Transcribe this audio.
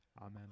Amen